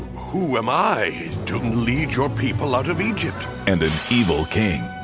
who am i to lead your people out of egypt. and an evil king.